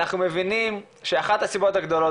אנחנו מבינים שאחת הסיבות הגדולות,